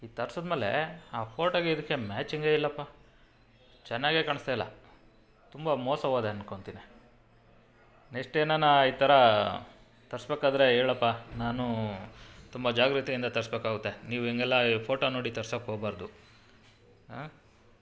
ಈ ತರ್ಸಿದ್ ಮೇಲೆ ಆ ಫೋಟೋಗೆ ಇದಕ್ಕೆ ಮ್ಯಾಚಿಂಗೇ ಇಲ್ಲಪ್ಪ ಚೆನ್ನಾಗೆ ಕಾಣಿಸ್ತಾ ಇಲ್ಲ ತುಂಬ ಮೋಸ ಹೋದೆ ಅನ್ಕೊತಿನಿ ನೆಶ್ಟ್ ಏನನಾ ಈ ಥರ ತರ್ಸ್ಬೇಕಾದ್ರೆ ಹೇಳಪ್ಪ ನಾನೂ ತುಂಬ ಜಾಗ್ರತೆಯಿಂದ ತರ್ಸ್ಬೇಕಾಗುತ್ತೆ ನೀವು ಹಿಂಗೆಲ್ಲ ಫೋಟೋ ನೋಡಿ ತರ್ಸೋಕ್ಕೆ ಹೋಬಾರ್ದು ಆಂ